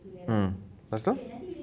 mm lepas tu